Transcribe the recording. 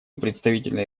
представителя